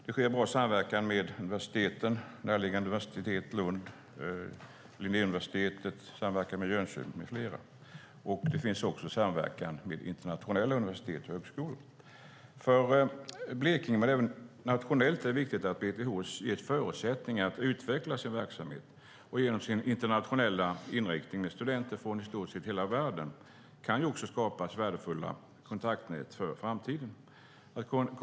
Det sker bra samverkan med universiteten, näraliggande universitetet i Lund, Linnéuniversitetet, Högskolan i Jönköping med flera. Det finns också samverkan med internationella universitet och högskolor. För Blekinge och även nationellt är det viktigt att BTH ges förutsättningar att utveckla sin verksamhet, och med hjälp av den internationella inriktningen med studenter från i stort sett hela världen kan värdefulla kontaktnät för framtiden skapas.